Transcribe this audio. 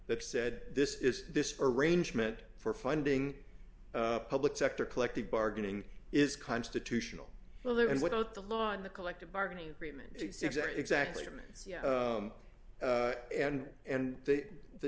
that said this is this arrangement for funding public sector collective bargaining is constitutional well there and without the law and the collective bargaining agreement exactly exactly means and and the